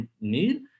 need